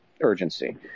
urgency